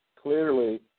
clearly